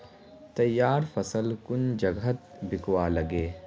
तैयार फसल कुन जगहत बिकवा लगे?